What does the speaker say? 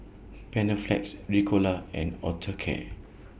Panaflex Ricola and Osteocare